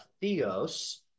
Theos